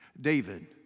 David